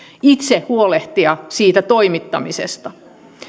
itse huolehtia siitä toimittamisesta